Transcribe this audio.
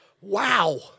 Wow